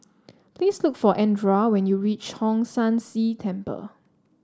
please look for Andra when you reach Hong San See Temple